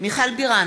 מיכל בירן,